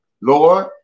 Lord